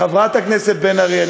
תתחיל בפרגון ליהודה גליק.